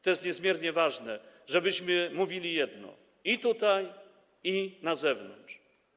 To jest niezmiernie ważne, żebyśmy mówili jedno i tutaj, i na zewnątrz.